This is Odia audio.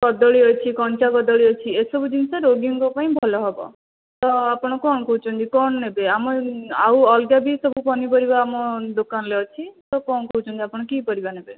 କଦଳୀ ଅଛି କଞ୍ଚା କଦଳୀ ଅଛି ଏସବୁ ଜିନିଷ ରୋଗୀଙ୍କ ପାଇଁ ଭଲ ହେବ ତ ଆପଣ କ'ଣ କହୁଛନ୍ତି କ'ଣ ନେବେ ଆମ ଆଉ ଅଲଗା ବି ସବୁ ପନିପରିବା ଆମ ଦୋକାନଲେ ଅଛି ତ କ'ଣ କହୁଛନ୍ତି ଆପଣ କି ପରିବା ନେବେ